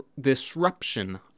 disruption